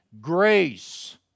grace